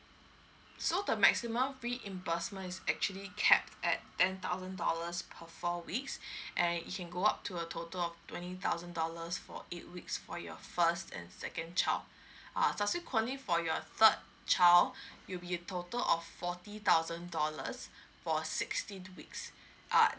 so the maximum reimbursement is actually capped at ten thousand dollars per four weeks and it can go up to a total of twenty thousand dollars for eight weeks for your first and second child err subsequently for your third child it'll be a total of forty thousand dollars for sixteen weeks err